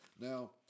Now